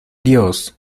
dios